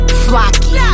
flocky